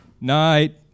Night